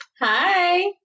Hi